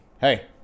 hey